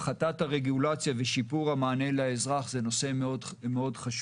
הפחתת הרגולציה ושיפור המענה לאזרח זה נושא חשוב מאוד.